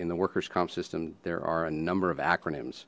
in the workers comp system there are a number of acronyms